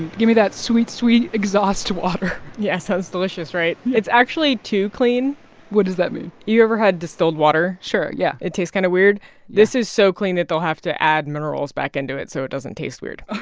give me that sweet, sweet exhaust water yeah, sounds delicious, right? it's actually too clean what does that mean? you ever had distilled water? sure, yeah it tastes kind of weird? yeah this is so clean that they'll have to add minerals back into it so it doesn't taste weird